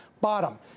bottom